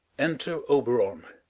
enter oberon